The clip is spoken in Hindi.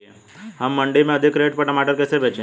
हम मंडी में अधिक रेट पर टमाटर कैसे बेचें?